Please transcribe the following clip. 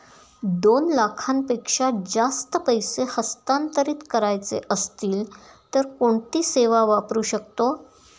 दोन लाखांपेक्षा जास्त पैसे हस्तांतरित करायचे असतील तर कोणती सेवा वापरू शकतो?